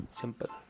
simple